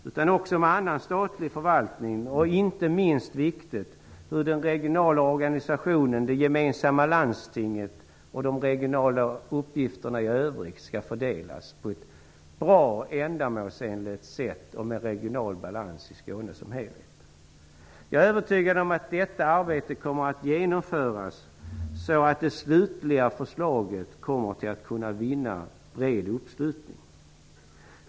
Det handlar också om annan statlig förvaltning och, inte minst viktigt, om hur den regionala organisationen, det gemensamma landstinget och de regionala uppgifterna i övrigt skall fördelas på ett bra och ändamålsenligt sätt med tanke på den regionala balansen i Skåne som helhet. Jag är övertygad om att detta arbete kommer att genomföras så att det slutliga förslaget kommer att kunna vinna bred uppslutning.